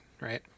Right